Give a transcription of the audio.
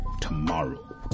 Tomorrow